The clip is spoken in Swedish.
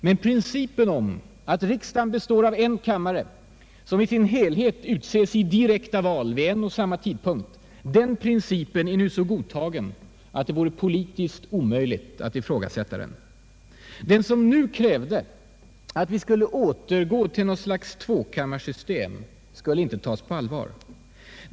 Men principen om att riksdagen består av en kammare, som i sin helhet utses i direkta val vid en och samma tidpunkt, är nu så godtagen att det vore politiskt omöjligt att ifrågasätta den. Den som nu krävde att vi skulle återgå till något slags tvåkammarsystem skulle inte tas på allvar.